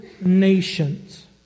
nations